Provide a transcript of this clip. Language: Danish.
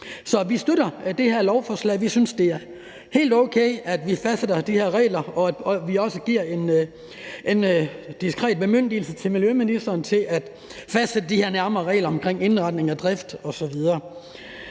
Så vi støtter det her lovforslag, vi synes, det er helt okay, at vi fastsætter de her regler, og at vi også giver en diskret bemyndigelse til miljøministeren til at fastsætte de her nærmere regler omkring indretning af drift osv.